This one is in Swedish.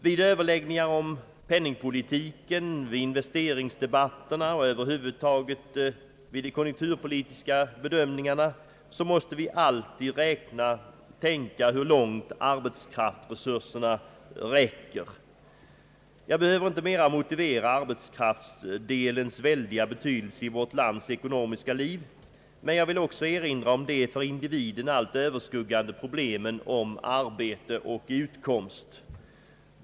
Vid överläggningar om penningpolitiken, vid investeringsdebatterna och över huvud taget vid de konjunkturpolitiska bedömningarna måste vi alltid tänka hur långt arbetskraftsresurserna räcker. Jag behöver inte mera motivera arbetskraftsdelens väldiga betydelse i vårt lands ekonomiska liv, men jag vill också erinra om de för individen allt överskuggande problemen om arbete och utkomst.